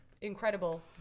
incredible